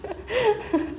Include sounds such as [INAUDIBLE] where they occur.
[LAUGHS]